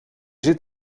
zit